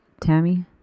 Tammy